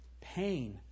Pain